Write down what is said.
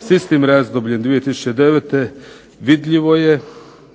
s istim razdobljem 2009. vidljivo je